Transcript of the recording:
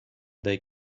they